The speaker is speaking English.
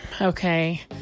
Okay